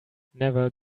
never